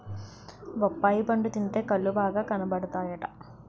బొప్పాయి పండు తింటే కళ్ళు బాగా కనబడతాయట